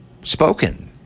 spoken